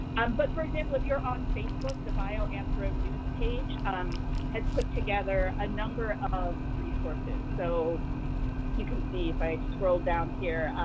um but for example, if you're on facebook, the bio anthro news page um has put together a number of resources. so you can see if i scroll down here,